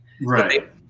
right